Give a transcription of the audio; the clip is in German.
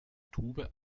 tube